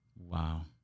Wow